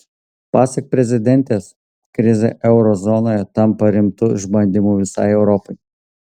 pasak prezidentės krizė euro zonoje tampa rimtu išbandymu visai europai